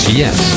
yes